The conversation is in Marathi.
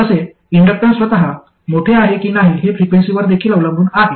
तसे इन्डक्टन्स स्वतः मोठे आहे की नाही हे फ्रिक्वेन्सीवर देखील अवलंबून आहे